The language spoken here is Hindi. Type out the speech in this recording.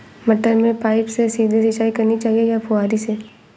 मटर में पाइप से सीधे सिंचाई करनी चाहिए या फुहरी से?